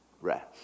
rest